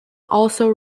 also